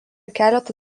keletą